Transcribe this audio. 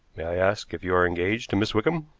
may i ask if you are engaged to miss wickham?